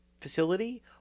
facility